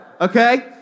okay